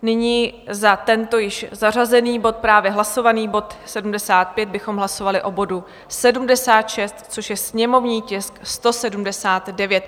Nyní za tento již zařazený bod, právě hlasovaný bod 75, bychom hlasovali o bodu 76, což je sněmovní tisk 179.